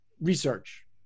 research